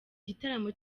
gitaramo